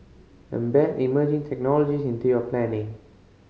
embed emerging technology into your planning